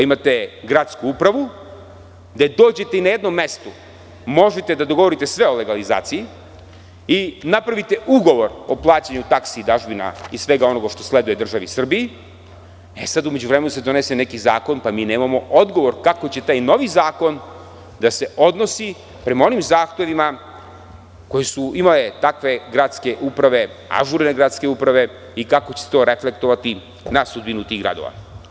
Imate gradsku upravu gde dođete i na jednom mestu možete da dogovorite sve o legalizaciji i napravite ugovor o plaćanju taksi i dažbina i svega onoga što sleduje državi Srbiji, e sada u međuvremenu se donese neki zakon, pa mi nemamo odgovor kako će taj novi zakon da se odnosi prema onim zahtevima koji su imale takve gradske uprave, ažurne gradske uprave i kako će se to reflektovati na sudbinu tih gradova.